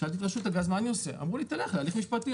שאלתי את רשות הגז מה לעשות והם אמרו לי ללכת להליך משפטי,